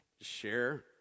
share